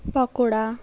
pakora